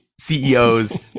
CEOs